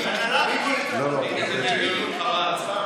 מיקי, זו בריונות, חבל.